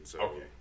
Okay